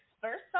first